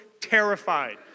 terrified